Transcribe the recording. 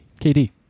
KD